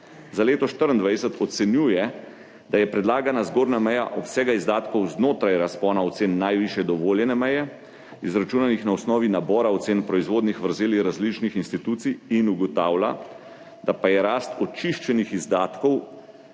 Za leto 2024 ocenjuje, da je predlagana zgornja meja obsega izdatkov znotraj razpona ocen najvišje dovoljene meje, izračunanih na osnovi nabora ocen proizvodnih vrzeli različnih institucij, in ugotavlja, da pa je rast očiščenih izdatkov